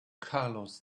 carlos